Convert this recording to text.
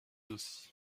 aussi